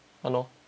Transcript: !hannor!